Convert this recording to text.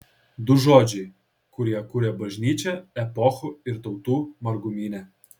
du žodžiai kurie kuria bažnyčią epochų ir tautų margumyne